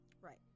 Right